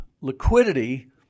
liquidity